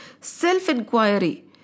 self-inquiry